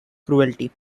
cruelty